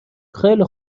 خیلی